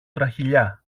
τραχηλιά